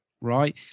right